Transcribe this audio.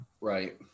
right